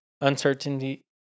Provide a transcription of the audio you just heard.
uncertainty